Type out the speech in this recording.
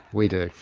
we do.